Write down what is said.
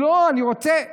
הוא נוסע רק בשבת.